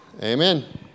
Amen